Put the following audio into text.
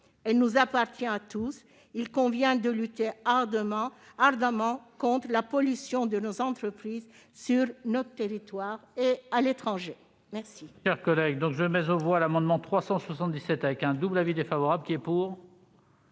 elle nous appartient à tous. Il convient de lutter ardemment contre la pollution de nos entreprises, sur notre territoire et à l'étranger. Je